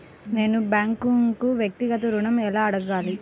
నేను బ్యాంక్ను వ్యక్తిగత ఋణం ఎలా అడగాలి?